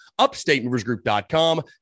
upstatemoversgroup.com